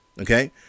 Okay